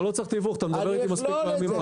אתה לא צריך תיווך אתה מדבר איתי מספיק,